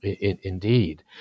Indeed